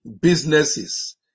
businesses